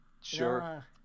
sure